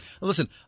Listen